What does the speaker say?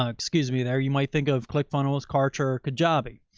um excuse me there. you might think of clickfunnels, kartra, kajabi.